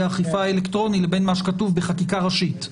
האכיפה האלקטרוני לבין מה שכתוב בחקיקה ראשית,